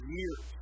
years